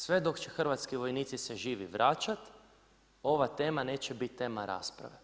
Sve dok će Hrvatski vojnici se živi vračat, ova tema neće biti tema rasprave.